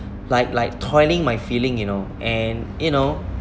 like like toying my feeling you know and you know